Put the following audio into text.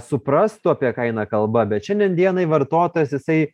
suprastų apie ką eina kalba bet šiandien dienai vartotas jisai